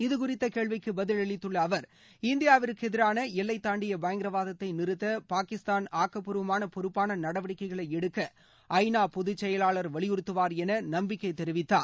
இது குறித்த கேள்விக்கு பதிலளித்துள்ள அவர் இந்தியாவிற்கு எதிரான எல்லைத் தாண்டிய பயங்கரவாதத்தை நிறுத்த பாகிஸ்தான் ஆக்கப்பூர்வமான பொறுப்பான நடவடிக்கைகளை எடுக்க ஐ நா பொதுச் செயலாளர் வலியுறுத்துவார் என நம்பிக்கை தெரிவித்தார்